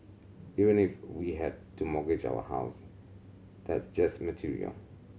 even if we had to mortgage our house that's just material